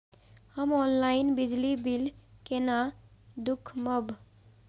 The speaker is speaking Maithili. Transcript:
हम ऑनलाईन बिजली बील केना दूखमब?